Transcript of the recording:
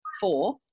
four